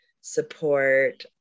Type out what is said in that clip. support